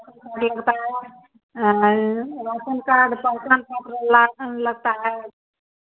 ration card पहचान पत्र ration लगता है